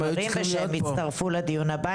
ושהם יצטרפו בדיון הבא.